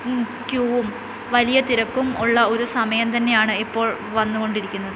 ക്യൂവും വലിയത്തിരക്കും ഉള്ള ഒരു സമയം തന്നെയാണ് ഇപ്പോൾ വന്നുകൊണ്ടിരിക്കുന്നത്